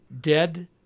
dead